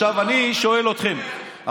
עכשיו אני שואל אתכם,